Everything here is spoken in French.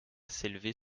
s’élever